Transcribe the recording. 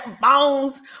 Bones